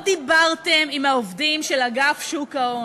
דיברתם עם העובדים של אגף שוק ההון.